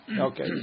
Okay